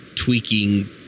tweaking